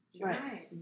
Right